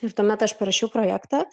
ir tuomet aš parašiau projektą